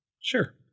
Sure